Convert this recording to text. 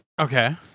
okay